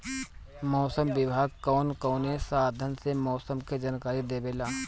मौसम विभाग कौन कौने साधन से मोसम के जानकारी देवेला?